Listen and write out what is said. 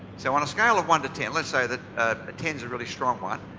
so on a scale of one to ten. let's say that ten is a really strong one,